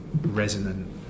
resonant